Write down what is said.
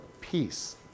peace